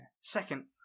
Second